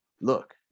Look